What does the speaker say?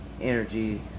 energy